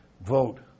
vote